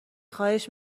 خواهش